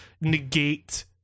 negate